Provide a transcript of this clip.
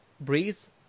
Breeze